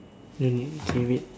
then okay wait